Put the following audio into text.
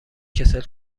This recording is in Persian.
کسل